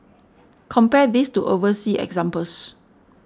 compare this to overseas examples